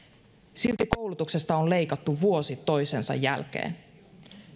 silti koulutuksesta on leikattu vuosi toisensa jälkeen